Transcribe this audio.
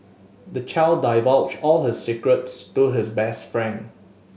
the child divulged all his secrets to his best friend